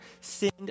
sinned